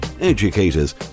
educators